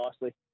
nicely